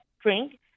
drink